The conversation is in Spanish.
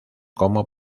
como